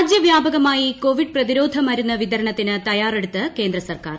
രാജ്യവ്യാപകമായി കോവിഡ് പ്രതിരോധമരുന്ന് വിതരണത്തിന് തയ്യാറെടുത്ത് കേന്ദ്രസർക്കാർ